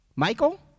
Michael